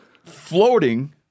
Floating